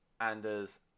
Anders